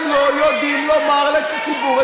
הציבור לא אוהב פופוליסטים.